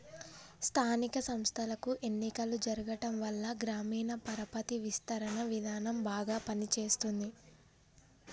స్థానిక సంస్థలకు ఎన్నికలు జరగటంవల్ల గ్రామీణ పరపతి విస్తరణ విధానం బాగా పని చేస్తుంది